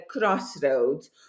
crossroads